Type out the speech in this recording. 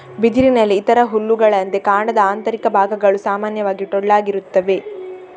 ಬಿದಿರಿನಲ್ಲಿ ಇತರ ಹುಲ್ಲುಗಳಂತೆ, ಕಾಂಡದ ಆಂತರಿಕ ಭಾಗಗಳು ಸಾಮಾನ್ಯವಾಗಿ ಟೊಳ್ಳಾಗಿರುತ್ತವೆ